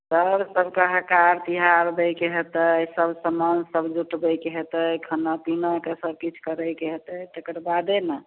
तब तऽ हकार तिहार दैके हेतै सब समान सब जुटबैके हेतै खाना पीनाके सब किछु करैके हेतै तेकर बादे ने